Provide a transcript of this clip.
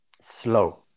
slow